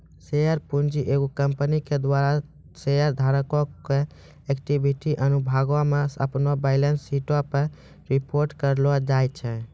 share पूंजी एगो company के द्वारा शेयर धारको के इक्विटी अनुभागो मे अपनो बैलेंस शीटो पे रिपोर्ट करलो जाय छै